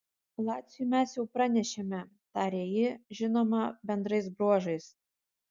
laciui mes jau pranešėme tarė ji žinoma bendrais bruožais